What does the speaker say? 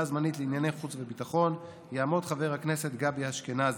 הזמנית לענייני חוץ וביטחון יעמוד חבר הכנסת גבי אשכנזי.